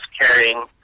carrying